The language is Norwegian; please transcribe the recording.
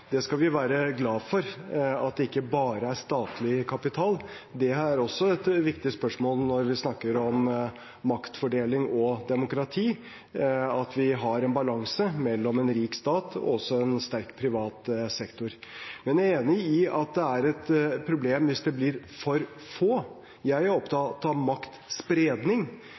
skal være glad for at det ikke bare er statlig kapital. Det er også et viktig spørsmål når vi snakker om maktfordeling og demokrati, at vi har en balanse mellom en rik stat og en sterk privat sektor. Men jeg er enig i at det er et problem hvis det blir for få. Jeg er opptatt av maktspredning.